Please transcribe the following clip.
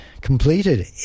completed